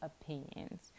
opinions